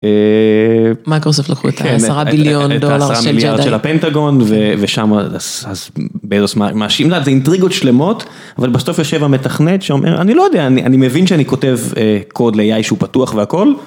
מייקרוספט לקחו את העשרה ביליון דולר של הפנטגון ושם אז באיזושהי אינטריגות שלמות אבל בסוף יושב המתכנת שאומר אני לא יודע אני אני מבין שאני כותב קוד ל- AI שהוא פתוח והכל.